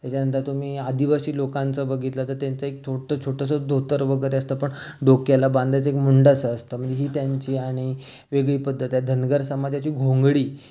त्याच्यानंतर तुम्ही आदिवासी लोकांचं बघितलं तर त्यांचं एक थोटं छोटसं धोतर वगैरे असतं पण डोक्याला बांधायचं एक मुंडासं असतं म्हणजे ही त्यांची आणि वेगळी पद्धत आहे धनगर समाजाची घोंगडी